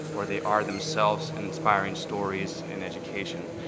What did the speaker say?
or they are themselves inspiring stories in education.